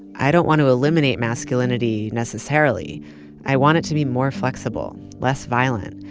i don't want to eliminate masculinity necessarily i want it to be more flexible, less violent.